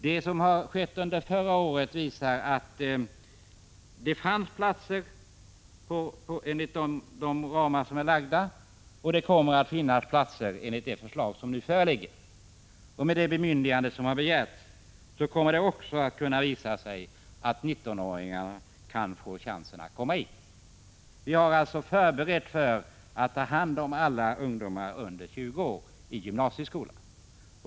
Det som har skett under förra året visar att det fanns platser enligt de ramar som var fastställda, och det kommer att finnas platser enligt det förslag som nu föreligger. Med det bemyndigande som har begärts kommer det också att visa sig att 19-åringarna kan få chansen att komma in. Vi har alltså förberett för att ta hand om alla ungdomar under 20 år i gymnasieskolan.